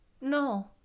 No